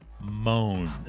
moan